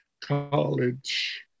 college